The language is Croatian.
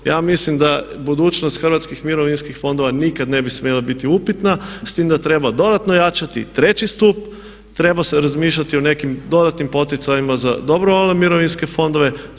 Ja mislim da budućnost hrvatskih mirovinskih fondova nikad ne bi smjela biti upitna s tim da treba dodatno jačati i treći stup, treba se razmišljati o nekim dodatnim poticajima za dobrovoljne mirovinske fondove.